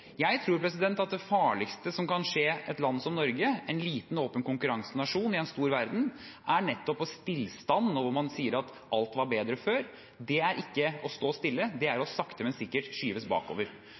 Jeg tror det farligste som kan skje et land som Norge – en liten og åpen konkurransenasjon i en stor verden – er stillstand, hvor man sier at alt var bedre før. Det er ikke å stå stille; det er